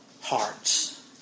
hearts